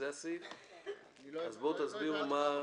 תסביר לנו.